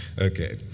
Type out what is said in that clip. Okay